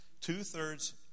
Two-thirds